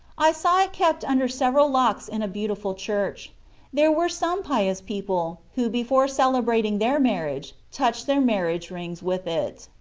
i saw it kept under several locks in a beautiful church there were some pious people, who before celebrating their marriage touched their marriage rings with it.